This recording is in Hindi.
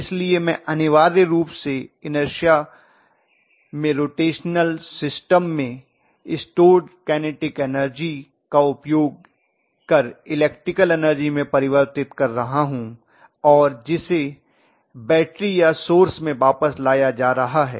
इसलिए मैं अनिवार्य रूप से इनर्श में रोटेशनल सिस्टम में स्टोर्ड कनेटिक एनर्जी का उपयोग कर इलेक्ट्रिकल एनर्जी में परिवर्तित कर रहा हूँ और जिसे बैटरी या सोर्स में वापस लाया जा रहा है